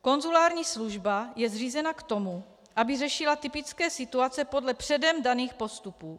Konzulární služba je zřízena k tomu, aby řešila typické situace podle předem daných postupů.